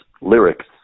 lyrics